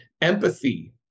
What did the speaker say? empathy